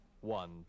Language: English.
one